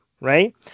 right